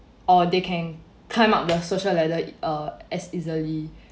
or they can climb up the social ladder uh as easily